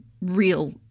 real